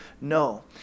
no